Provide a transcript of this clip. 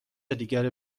دیگر